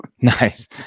Nice